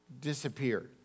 disappeared